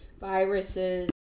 viruses